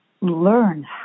learn